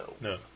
No